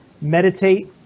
meditate